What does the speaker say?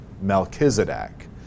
Melchizedek